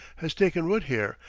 has taken root here,